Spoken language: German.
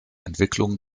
entwicklung